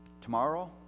tomorrow